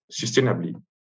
sustainably